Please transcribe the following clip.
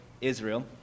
Israel